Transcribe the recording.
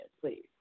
please